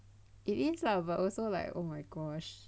it is lah but also like oh my gosh